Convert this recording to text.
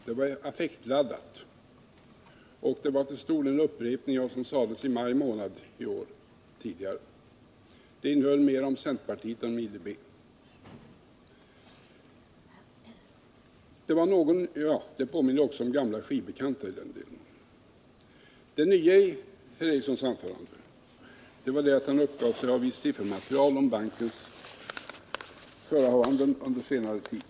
Det var affektladdat och utgjorde till stor del en upprepning av vad som sades i maj månad tidigare i år — i det avseendet påminde det om radioprogrammet Gamla skivbekanta. Anförandet handlade dessutom mera om centerpartiet än om IDB. Det nya i Sture Ericsons anförande var att han uppgav sig ha visst siffermaterial om bankens förehavanden under senare tid.